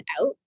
out